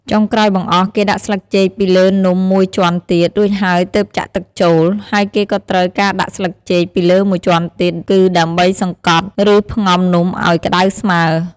ចុងក្រោយបង្អស់ គេដាក់ស្លឹកចេកពីលើនំមួយជាន់ទៀត រួចហើយទើបចាក់ទឹកចូល ហើយគេក៏ត្រូវការដាក់ស្លឹកចេកពីលើមួយជាន់ទៀត គឺដើម្បីសង្តត់ ឬផ្ងំនំឱ្យក្តៅស្មើ។